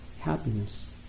happiness